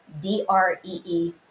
D-R-E-E